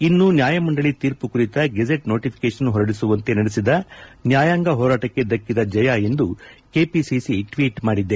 ಇನ್ನು ನ್ಯಾಯಮಂಡಳಿ ತೀರ್ಮ ಕುರಿತು ಗೆಜೆಟ್ ನೋಟಿಫಿಕೇಷನ್ ಹೊರಡಿಸುವಂಗತೆ ನಡೆಸಿದ ನ್ಯಾಯಾಂಗ ಹೋರಾಟಕ್ಕೆ ದಕ್ಕಿದ ಜಯ ಎಂದು ಕೆಪಿಸಿಸಿ ಟ್ವೀಟ್ ಮಾಡಿದೆ